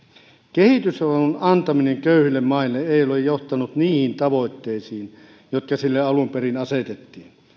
kehitysavun antaminen köyhille maille ei ole johtanut niihin tavoitteisiin jotka sille alun perin asetettiin